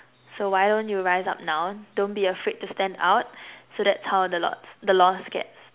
so why don't you rise up now don't be afraid to stand out so that's how the lost the lost gets